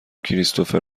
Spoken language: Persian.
کریستوفر